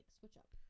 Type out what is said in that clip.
switch-up